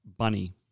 Bunny